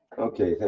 okay,